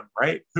right